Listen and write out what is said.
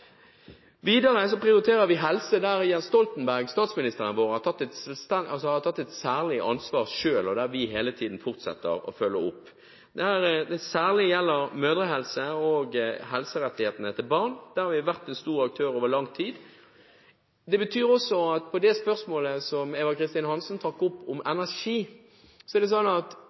prioriterer vi helse. Der har statsminister Jens Stoltenberg selv tatt et særlig ansvar, og der fortsetter vi hele tiden å følge opp. Det gjelder særlig mødrehelse og barns helserettigheter, der vi over lang tid har vært en stor aktør. Når det gjelder det spørsmålet som representanten Eva Kristin Hansen trakk opp om energi, er det mange som snakker om at